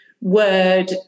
word